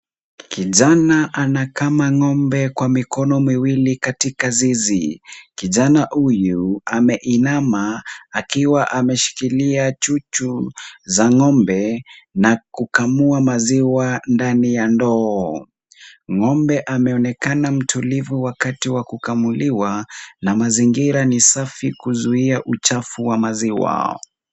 Kijana anakama ng'ombe kwa mikono miwili katika zizi. Kijana huyu ameinama akiwa ameshikilia chuchu za ng'ombe na kukamua maziwa ndani ya ndoo. Ng'ombe ameonekana mtulivu wakati wa kukamulia na mazingira ni safi kuzuia uchafu wa maziwa.